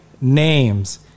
names